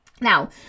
Now